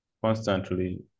constantly